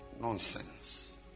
Nonsense